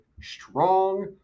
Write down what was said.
strong